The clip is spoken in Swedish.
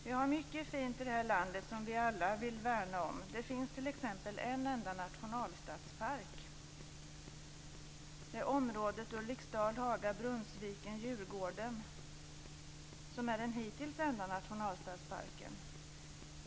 Vi har mycket fint i det här landet som vi alla vill värna om. Det finns t.ex. en enda nationalstadspark. Området Ulriksdal-Haga-Brunnsviken-Djurgården är den hittills enda nationalstadsparken.